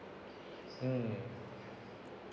mm